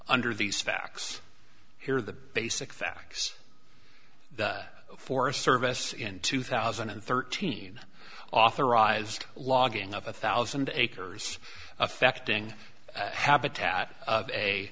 under these facts here the basic facts the forest service in two thousand and thirteen authorized logging of one thousand acres affecting habitat